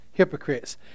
hypocrites